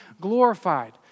glorified